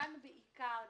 או לא מבעירים,